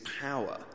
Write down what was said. power